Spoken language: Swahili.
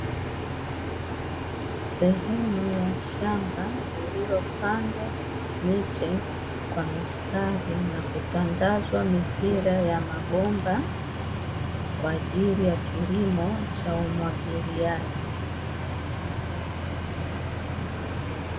Sehemu ya shamba lililopandwa miche kwa mistari na kutandazwa mipira ya mabomba kwa ajili ya kilimo cha umwagiliaji .